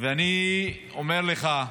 -- ואני אומר לך,